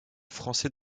français